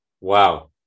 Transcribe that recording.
Wow